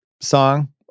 song